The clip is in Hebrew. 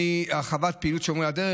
הרחבת פעילות "שומרי הדרך".